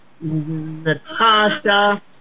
Natasha